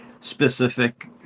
specific